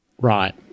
Right